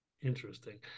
Interesting